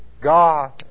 God